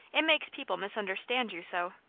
it makes people misunderstand you so.